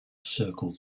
circle